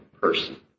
person